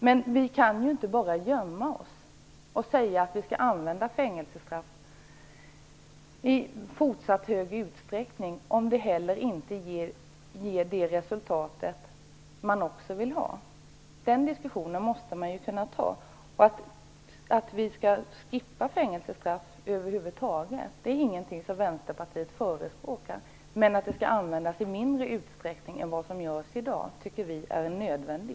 Men vi kan ju inte bara gömma oss och säga att vi skall använda fängelsestraff i fortsatt hög utsträckning om det inte ger det resultat vi vill ha. Den diskussionen måste man ju kunna föra. Vänsterpartiet förespråkar inte att vi skall skippa fängelsestraffet över huvud taget, men vi tycker att det är nödvändigt att det används i mindre utsträckning än vad som sker i dag.